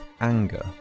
anger